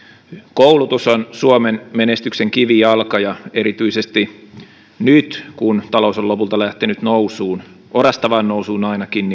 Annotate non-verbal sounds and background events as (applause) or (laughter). koulutus on suomen menestyksen kivijalka ja erityisesti nyt kun talous on lopulta lähtenyt nousuun orastavaan nousuun ainakin (unintelligible)